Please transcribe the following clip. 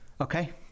Okay